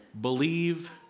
believe